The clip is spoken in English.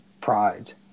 pride